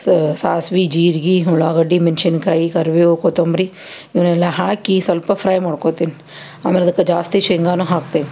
ಸ ಸಾಸ್ವೆ ಜೀರ್ಗೆ ಉಳ್ಳಾಗಡ್ಡಿ ಮೆಣಸಿನ್ಕಾಯಿ ಕರಿಬೇವು ಕೊತ್ತಂಬ್ರಿ ಇವನ್ನೆಲ್ಲ ಹಾಕಿ ಸ್ವಲ್ಪ ಫ್ರೈ ಮಾಡ್ಕೊತೀನಿ ಆಮೇಲೆ ಅದಕ್ಕೆ ಜಾಸ್ತಿ ಶೇಂಗಾನೂ ಹಾಕ್ತೀನಿ